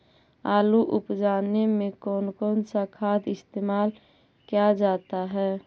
आलू उप जाने में कौन कौन सा खाद इस्तेमाल क्या जाता है?